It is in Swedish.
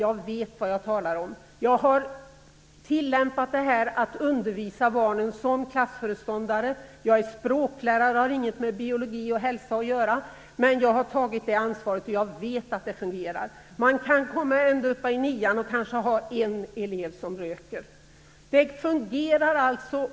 Jag vet vad jag talar om. Jag har tillämpat detta genom att undervisa barnen som klassföreståndare. Jag är språklärare, och språk har inget med biologi och hälsa att göra, men jag har tagit det ansvaret, och jag vet att det fungerar. Man kan komma ända upp i nian och kanske ha en elev som röker. Det fungerar alltså.